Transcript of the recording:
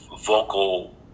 vocal